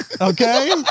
Okay